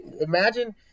imagine